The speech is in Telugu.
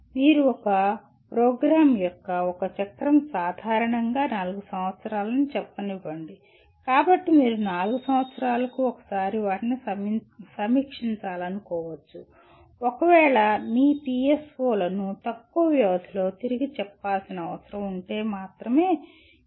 మీరు ఒక ప్రోగ్రామ్ యొక్క ఒక చక్రం సాధారణంగా నాలుగు సంవత్సరాలు అని చెప్పనివ్వండి కాబట్టి మీరు 4 సంవత్సరాలకు ఒకసారి వాటిని సమీక్షించాలనుకోవచ్చు ఒక వేళ మీ పిఎస్ఓలను తక్కువ వ్యవధిలో తిరిగి చెప్పాల్సిన అవసరం ఉంటే మాత్రమే ఈ వ్యవధి లోపు సవరించవచ్చు